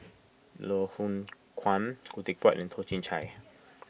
Loh Hoong Kwan Khoo Teck Puat and Toh Chin Chye